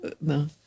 no